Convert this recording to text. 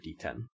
D10